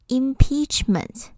impeachment